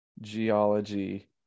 geology